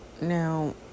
Now